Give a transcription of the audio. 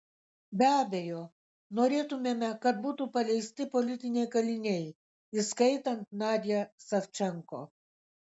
be abejo norėtumėme kad būtų paleisti politiniai kaliniai įskaitant nadią savčenko